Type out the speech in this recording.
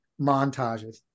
montages